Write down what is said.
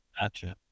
Gotcha